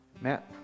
Matt